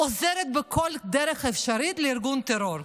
עוזרת בכל דרך אפשרית לארגון טרור.